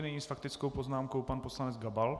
Nyní s faktickou poznámkou pan poslanec Gabal.